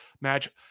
match